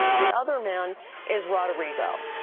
the other man is roderigo.